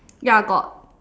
ya got